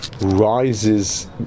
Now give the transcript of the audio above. rises